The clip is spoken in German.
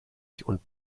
und